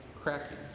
cracking